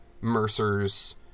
Mercer's